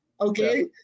okay